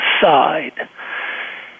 side